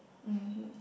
mmhmm